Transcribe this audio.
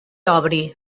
obri